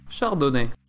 Chardonnay